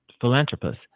philanthropist